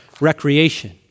recreation